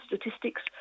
statistics